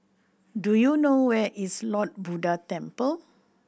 do you know where is Lord Buddha Temple